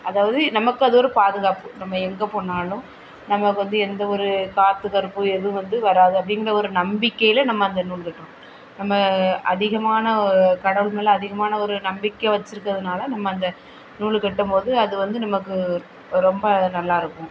அதாவது நமக்கு அது ஒரு பாதுகாப்பு நம்ம எங்கே போனாலும் நமக்கு வந்து எந்த ஒரு காற்று கருப்பு எதுவும் வந்து வராது அப்படிங்கிற ஒரு நம்பிக்கையில நம்ம அந்த நூல் கட்டுறோம் நம்ம அதிகமான கடவுள் மேலே அதிகமான ஒரு நம்பிக்கை வச்சுருக்கறதுனால நம்ம அந்த நூலு கட்டும்போது அது வந்து நமக்கு ரொம்ப நல்லா இருக்கும்